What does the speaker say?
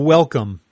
Welcome